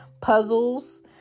puzzles